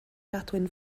gadwyn